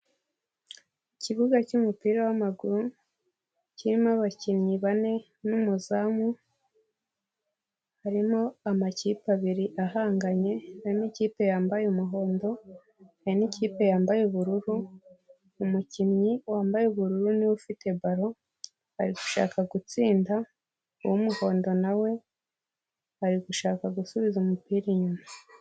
Ikibuga cy'umupira w'amaguru kirimo abakinnyi bane n'umuzamu, harimo amakipe abiri ahanganye harimo ikipe yambaye umuhondo, hari n'ikipe yambaye ubururu, umukinnyi wambaye ubururu niwe ufite baro ari gushaka gutsinda, uw'umuhondo na we ari gushaka gusubiza umupira inyuma.